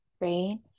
right